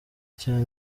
cyane